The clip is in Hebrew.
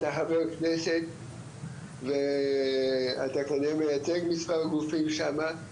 אתה חבר כנסת ואתה כנראה מייצג מס' גופים שמה.